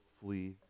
flee